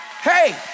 hey